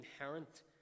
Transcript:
inherent